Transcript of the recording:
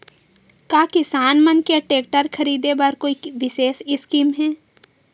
का किसान मन के टेक्टर ख़रीदे बर कोई विशेष स्कीम हे?